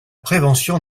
prévention